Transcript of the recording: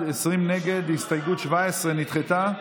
הסתייגות 17 לא נתקבלה.